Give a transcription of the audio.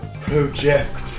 Project